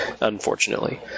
unfortunately